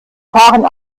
fahren